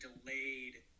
delayed